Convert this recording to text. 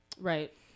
Right